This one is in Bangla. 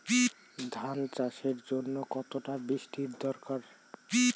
ধান চাষের জন্য কতটা বৃষ্টির দরকার?